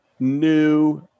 new